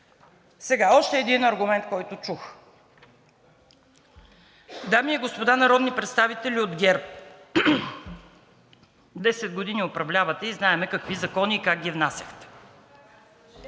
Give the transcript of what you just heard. Още един аргумент, който чух. Дами и господа народни представители от ГЕРБ, 10 години управлявате и знаем какви закони и как ги внасяхте.